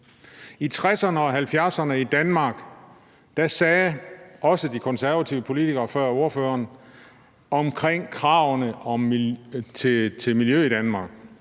I 1960'erne og 1970'erne i Danmark sagde også de konservative politikere før ordføreren omkring kravene til miljø i Danmark: